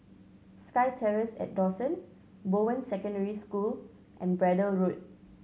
SkyTerrace at Dawson Bowen Secondary School and Braddell Road